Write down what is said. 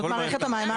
זאת מערכת המים הארצית.